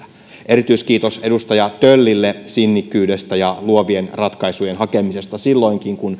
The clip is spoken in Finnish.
erityiskiitos edustaja töllille sinnikkyydestä ja luovien ratkaisujen hakemisesta silloinkin kun